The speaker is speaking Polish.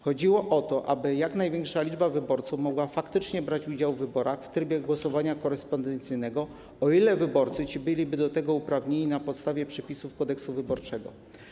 Chodziło o to, aby jak największa liczba wyborców mogła faktycznie brać udział w wyborach w trybie głosowania korespondencyjnego, o ile wyborcy ci byliby do tego uprawnieni na podstawie przepisów Kodeksy wyborczego.